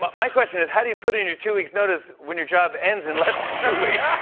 but my question is, how do you put in your two weeks' notice when your job ends in less than two weeks?